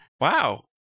Wow